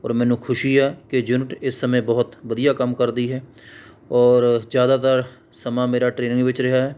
ਔਰ ਮੈਨੂੰ ਖੁਸ਼ੀ ਆ ਕਿ ਯੂਨਿਟ ਇਸ ਸਮੇਂ ਬਹੁਤ ਵਧੀਆ ਕੰਮ ਕਰਦੀ ਹੈ ਔਰ ਜ਼ਿਆਦਾਤਰ ਸਮਾਂ ਮੇਰਾ ਟਰੇਨਿੰਗ ਵਿੱਚ ਰਿਹਾ ਹੈ